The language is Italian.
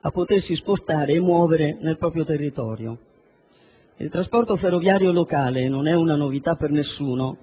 a muoversi nel proprio territorio. Il trasporto ferroviario locale, non è una novità per nessuno,